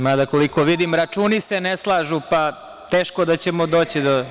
Mada, koliko vidim računi se ne slažu, teško da ćemo doći do…